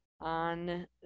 on